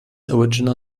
original